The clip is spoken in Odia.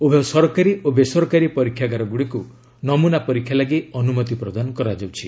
ଉଭୟ ସରକାରୀ ଓ ବେସରକାରୀ ପରୀକ୍ଷାଗାରଗୁଡ଼ିକୁ ନମୁନା ପରୀକ୍ଷା ଲାଗି ଅନୁମତି ପ୍ରଦାନ କରାଯାଉଛି